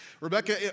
Rebecca